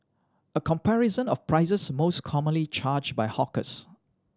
a comparison of prices most commonly charged by hawkers